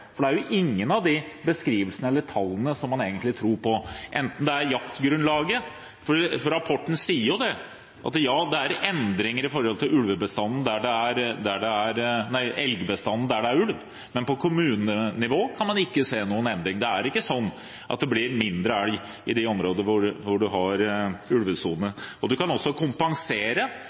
for det er jo ingen av de beskrivelsene eller tallene man egentlig tror på, heller ikke jaktgrunnlaget. Rapporten sier at ja, det er endringer i elgbestanden der det er ulv, men på kommunenivå kan man ikke se noen endring. Det er ikke slik at det blir mindre elg i de områdene hvor man har ulvesone. Man kan også kompensere